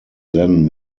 then